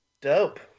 Dope